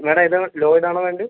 madam ഏതാണ് Lloyd ആണോ വേണ്ടത്